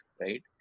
right